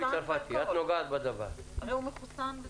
הרי הוא מחוסן.